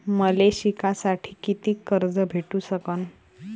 मले शिकासाठी कितीक कर्ज भेटू सकन?